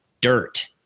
dirt